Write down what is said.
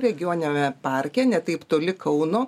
regioniniame parke ne taip toli kauno